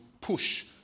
push